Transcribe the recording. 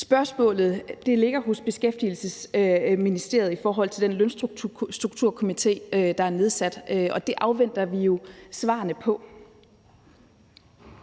Spørgsmålet ligger i Beskæftigelsesministeriet i forhold til den Lønstrukturkomité, der er nedsat, og det afventer vi jo svarene på.